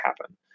happen